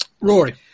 Rory